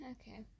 okay